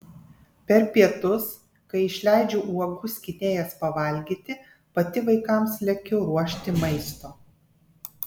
per pietus kai išleidžiu uogų skynėjas pavalgyti pati vaikams lekiu ruošti maisto